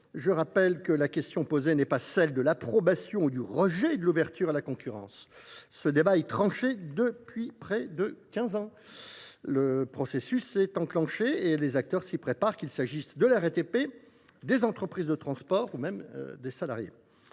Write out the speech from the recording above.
je rappelle que la question posée n’est pas celle de l’approbation ou du rejet de l’ouverture à la concurrence. Ce débat est tranché depuis près de quinze ans ! Le processus est enclenché et les acteurs s’y préparent, qu’il s’agisse de la RATP, des entreprises de transport ou des salariés.